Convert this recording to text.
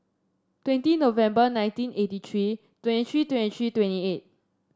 twenty November nineteen eighty tree twenty tree twenty tree twenty eight